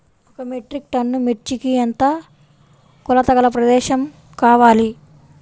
ఒక metric ton మిర్చికి ఎంత కొలతగల ప్రదేశము కావాలీ?